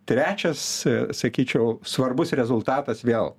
trečias sakyčiau svarbus rezultatas vėl